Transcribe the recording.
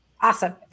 Awesome